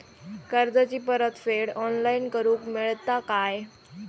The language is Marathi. कर्जाची परत फेड ऑनलाइन करूक मेलता काय?